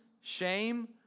shame